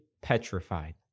petrified